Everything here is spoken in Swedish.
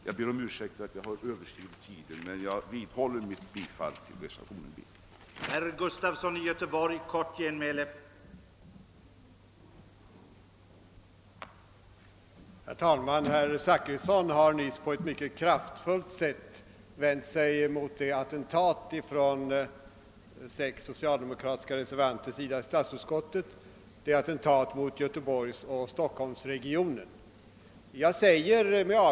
Jag ber om ursäkt för att jag överskridit tiden men jag vidhåller mitt bifallsyrkande till reservationerna 2 b och 3.